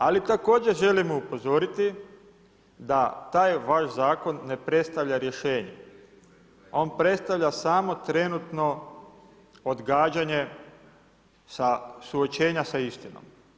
Ali također želimo upozoriti da taj vaš zakon ne predstavlja rješenje, on predstavlja samo trenutno odgađanje sa suočenja sa istinom.